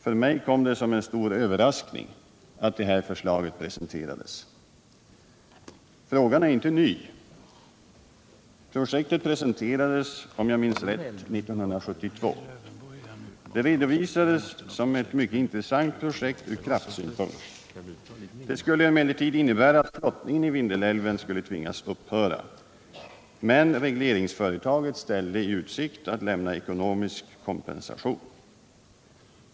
För mig kom det som en stor överraskning att regeringen lade fram detta förslag. Frågan är inte ny. Projektet presenterades om jag minns rätt 1972. Det redovisades som ett mycket intressant projekt ur kraftsynpunkt. Det skulle emellertid innebära att flottningen i Vindelälven skulle tvingas upphöra. Men regleringsföretaget ställde i utsikt att ekonomisk kompensation skulle lämnas.